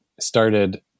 started